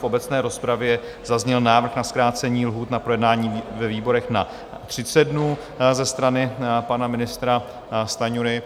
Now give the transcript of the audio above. V obecné rozpravě zazněl návrh na zkrácení lhůt na projednání ve výborech na 30 dnů ze strany pana ministra Stanjury.